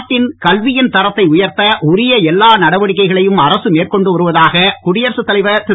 நாட்டில் கல்வியின் தரத்தை உயர்த்த உரிய எல்லா நடவடிக்கைகளையும் அரசு மேற்கொண்டு வருவதாக குடியரசுத் தலைவர் திரு